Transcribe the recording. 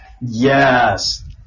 Yes